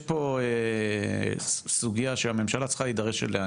יש פה סוגיה שהממשלה צריכה להיערך אליה,